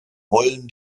heulen